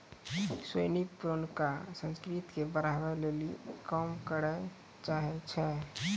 सोहिनी पुरानका संस्कृति के बढ़ाबै लेली काम करै चाहै छै